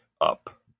up